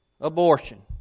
abortion